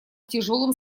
тяжелым